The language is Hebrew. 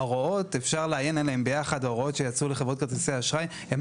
ההוראות שיצאו לחברות כרטיסי אשראי הן